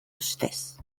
ustez